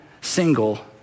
single